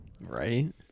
Right